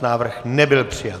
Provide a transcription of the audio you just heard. Návrh nebyl přijat.